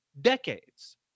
decades